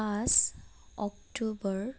পাঁচ অক্টোবৰ